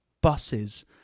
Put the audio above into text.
buses